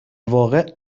واقع